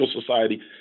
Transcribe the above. Society